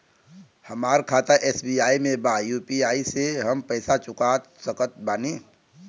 हमारा खाता एस.बी.आई में बा यू.पी.आई से हम पैसा चुका सकत बानी?